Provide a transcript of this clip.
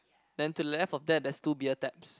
then to left of that there's two bear taps